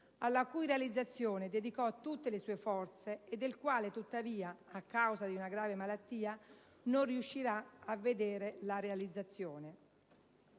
alla cui realizzazione dedicò tutte le sue forze e del quale tuttavia, a causa di una grave malattia, non riuscirà a vedere la realizzazione.